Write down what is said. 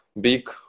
big